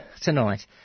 tonight